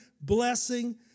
blessing